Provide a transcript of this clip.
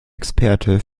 experte